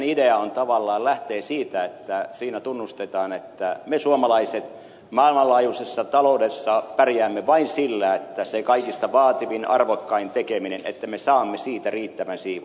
innovaatiostrategian ideahan tavallaan lähtee siitä että siinä tunnustetaan että me suomalaiset maailmanlaajuisessa taloudessa pärjäämme vain sillä että se kaikista vaativin arvokkain tekeminen että me saamme siitä riittävän siivun